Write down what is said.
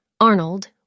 Arnold